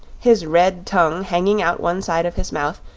his red tongue hanging out one side of his mouth,